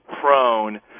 prone